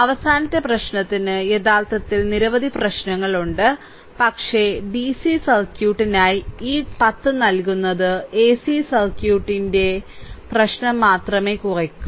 അവസാനത്തെ പ്രശ്നത്തിന് യഥാർത്ഥത്തിൽ നിരവധി പ്രശ്നങ്ങളുണ്ട് പക്ഷേ ഡിസി സർക്യൂട്ടിനായി ഈ 10 നൽകുന്നത് എസി സർക്യൂട്ടിന്റെ പ്രശ്നം മാത്രമേ കുറയ്ക്കൂ